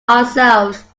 ourselves